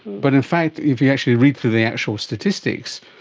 but in fact if you actually read through the actual statistics,